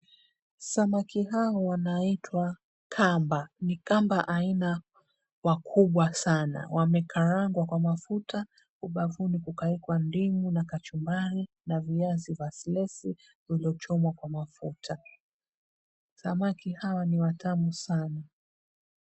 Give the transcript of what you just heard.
Samaki hawa wanaitwa kamba. Ni kamba aina wakubwa sana. Wamekarangwa kwa mafuta, ubavuni kukawekwa ndimu na kachumbari na viazi vya silesi, vilivyochomwa kwa mafuta. Samaki hawa ni watamu sana.